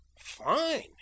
fine